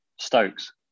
Stokes